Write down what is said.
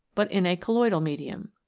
but in a colloidal medium.